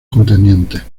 contendientes